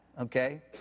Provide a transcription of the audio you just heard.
okay